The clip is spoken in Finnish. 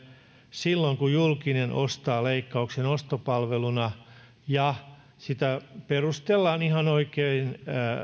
silloin kun julkinen ostaa leikkauksen ostopalveluna ja sitä perustellaan ihan oikein